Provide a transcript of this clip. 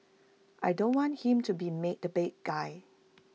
I don't want him to be made the bad guy